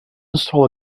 install